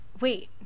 Wait